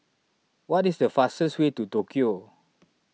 what is the fastest way to Tokyo